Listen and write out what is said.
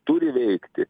turi veikti